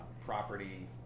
property